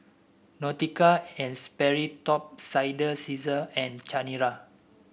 Nautica And Sperry Top Sider Cesar and Chanira